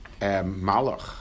Malach